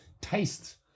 tastes